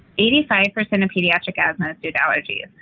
eighty-five percent of pediatric asthma is due to allergies.